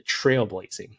trailblazing